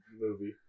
movie